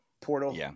portal